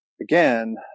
again